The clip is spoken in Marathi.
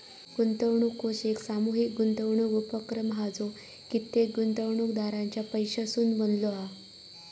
गुंतवणूक कोष एक सामूहीक गुंतवणूक उपक्रम हा जो कित्येक गुंतवणूकदारांच्या पैशासून बनलो हा